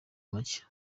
make